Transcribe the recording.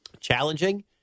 challenging